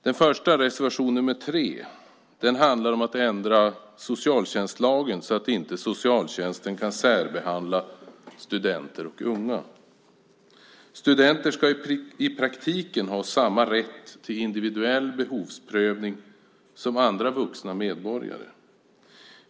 Den första, reservation nr 3, handlar om att ändra socialtjänstlagen så att inte socialtjänsten kan särbehandla studenter och unga. Studenter ska i praktiken ha samma rätt till individuell behovsprövning som andra vuxna medborgare.